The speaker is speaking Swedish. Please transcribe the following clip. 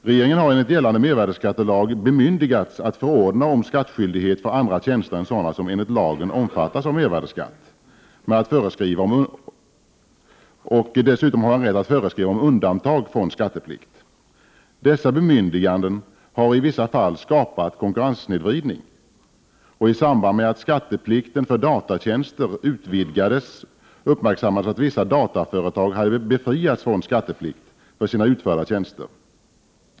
Regeringen har enligt gällande mervärdeskattelag bemyndigats att förordna om skattskyldighet för andra tjänster än sådana som enligt lagen omfattas av mervärdeskatt och dessutom att föreskriva om undantag från skatteplikt. Dessa bemyndiganden har i vissa fall skapat konkurrenssnedvridning. I samband med att skatteplikten för datatjänster utvidgades uppmärksammades att vissa dataföretag hade befriats från skatteplikt för sina utförda tjänster.